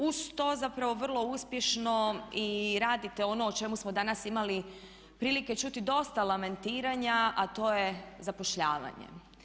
Uz to zapravo vrlo uspješno i radite ono o čemu smo danas imali prilike čuti dosta lamentiranja, a to je zapošljavanje.